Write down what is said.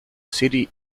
city